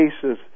cases